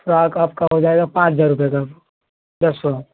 frock आपका हो जाएगा पाँच हज़ार रुपये का दसों